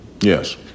Yes